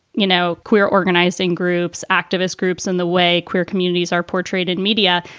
you know, queer organizing groups, activist groups and the way queer communities are portrayed in media,